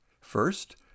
First